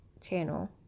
channel